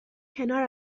کنار